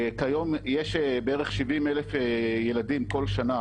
כיום יש בערך 70,000 ילדים כל שנה